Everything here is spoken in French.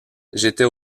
j’étais